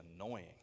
annoying